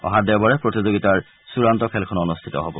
অহা দেওবাৰে প্ৰতিযোগিতাৰ চুড়ান্ত খেলখন অনুষ্ঠিত হব